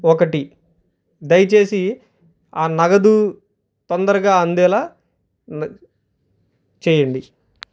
ఒకటి దయచేసి ఆ నగదు తొందరగా అందేలా చేయండి